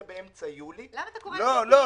באמצע יולי --- למה אתה קורא לזה פעימה?